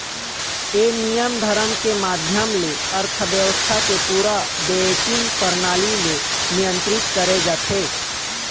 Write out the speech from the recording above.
ये नियम धरम के माधियम ले अर्थबेवस्था के पूरा बेंकिग परनाली ले नियंत्रित करे जाथे